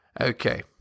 Okay